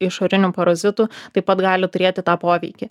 išorinių parazitų taip pat gali turėti tą poveikį